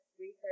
research